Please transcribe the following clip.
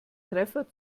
treffer